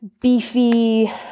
beefy